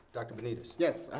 dr. benitez. yes,